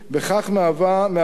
ובכך מהווה